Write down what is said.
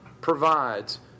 provides